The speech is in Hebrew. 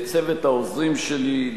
לצוות העוזרים שלי,